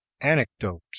Anecdote